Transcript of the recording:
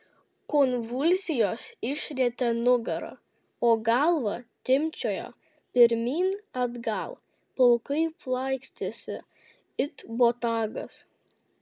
konvulsijos išrietė nugarą o galva timpčiojo pirmyn atgal plaukai plaikstėsi it botagas